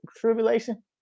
tribulation